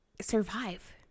survive